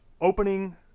opening